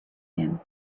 him